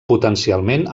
potencialment